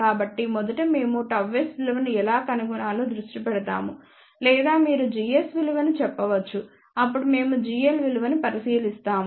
కాబట్టి మొదట మేము ΓS విలువను ఎలా కనుగొనాలో దృష్టి పెడతాము లేదా మీరు gs విలువను చెప్పవచ్చు అప్పుడు మేము gl విలువను పరిశీలిస్తాము